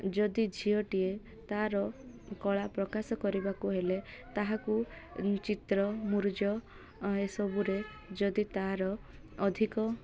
ଯଦି ଝିଅଟିଏ ତା'ର କଳା ପ୍ରକାଶ କରିବାକୁ ହେଲେ ତାହାକୁ ଚିତ୍ର ମୁରୁଜ ଏସବୁରେ ଯଦି ତା'ର ଅଧିକ